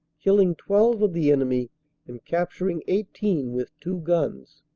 killing twelve of the enemy and capturing eighteen with two guns.